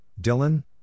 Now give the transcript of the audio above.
Dylan